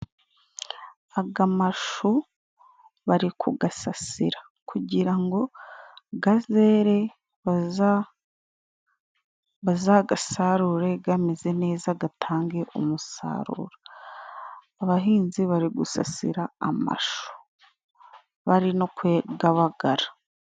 Aga mashu bari kugasasira. Kugira ngo gazere, bazagasarure gameze neza, gatange umusaruro. Abahinzi bari gusasira amashu, bari no kugabagara.